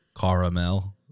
Caramel